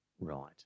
Right